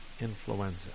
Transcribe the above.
influenza